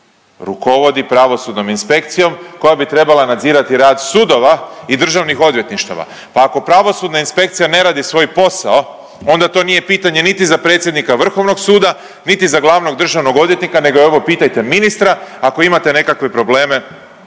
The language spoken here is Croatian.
rukovodi pravosudnom inspekcijom koja bi trebala nadzirati rad sudova i državnih odvjetništava. Pa ako pravosudna inspekcija ne radi svoj posao onda to nije pitanje niti za predsjednika Vrhovnog suda niti za glavnog državnog odvjetnika nego je ovo pitajte ministra ako imate nekakve probleme